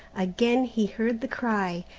again he heard the cry.